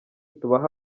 tubahe